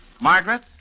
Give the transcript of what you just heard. Margaret